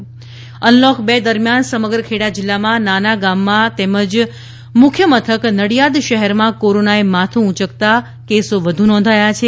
Kheda corona unlock ર દરમિયાન સમગ્ર ખેડા જિલ્લામાં નાના ગામમાં તેમજ મુખ્ય મથક નડિયાદ શહેરમાં કોરોનાએ માથું ઉચકતા કેસો વધુ નોંધાયા છે